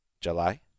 July